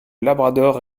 labrador